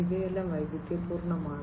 ഇവയെല്ലാം വൈവിധ്യപൂർണ്ണമാണ്